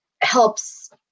helps